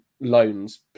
loans